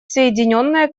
соединенное